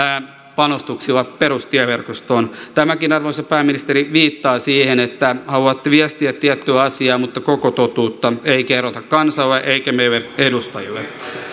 panostuksilla perustieverkostoon tämäkin arvoisa pääministeri viittaa siihen että haluatte viestiä tiettyä asiaa mutta koko totuutta ei kerrota kansalle eikä meille edustajille